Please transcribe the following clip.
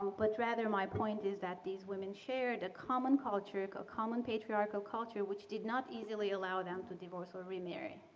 but rather, my point is that these women shared a common culture, a common patriarchal culture which did not easily allow them to divorce or remarry,